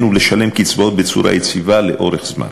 ולשלם קצבאות בצורה יציבה לאורך זמן.